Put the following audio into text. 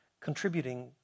contributing